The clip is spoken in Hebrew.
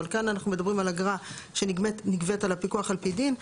אבל כאן אנחנו מדברים על אגרה שנגבית על פיקוח על פי דין.